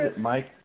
Mike